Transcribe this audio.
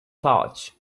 pouch